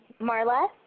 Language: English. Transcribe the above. Marla